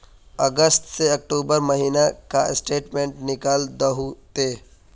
अगस्त से अक्टूबर महीना का स्टेटमेंट निकाल दहु ते?